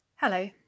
Hello